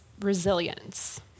resilience